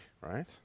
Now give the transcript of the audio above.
right